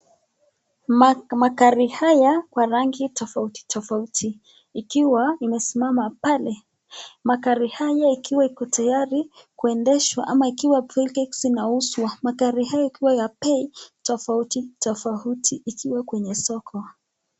Magari haya kwa rangi tofauti tofauti ikiwa imesimama pale. Magari haya ikiwa iko tayari kuendeshwa ama ikiwa pale zinauzwa. Magari haya ikiwa ya mbei tofauti tofauti ikiwa kwenye soko.